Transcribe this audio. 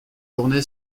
journée